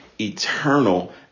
eternal